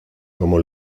como